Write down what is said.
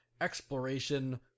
Exploration